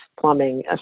plumbing